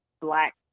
black